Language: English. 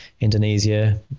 Indonesia